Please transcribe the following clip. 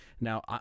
Now